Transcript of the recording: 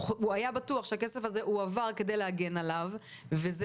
הוא היה בטוח שהכסף הזה הועבר כדי להגן עליו וזה